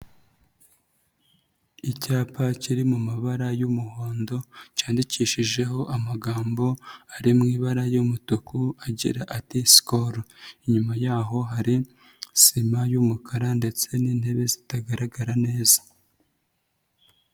Icyapa kiri mu mabara y'umuhondo, cyandikishijeho amagambo ari mu ibara ry'umutuku agira ati "Sikol." inyuma yaho hari sima y'umukara ndetse n'intebe zitagaragara neza.